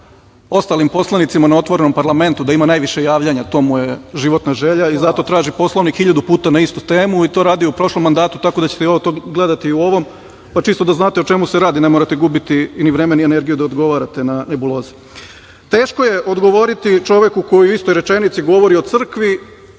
ostalim poslanicima na otvorenom parlamentu da ima najviše javljanja. To mu je životna želja i zato traži Poslovnik hiljadu puta na istu temu. To je radio u prošlom mandatu, tako da ćete to gledati i u ovom. Čisto da znate o čemu se radi. Ne morate gubiti ni vreme ni energiju da odgovarate na nebuloze. Teško je odgovoriti čoveku koji u istoj rečenici govori o crkvi